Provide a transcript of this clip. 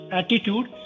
attitude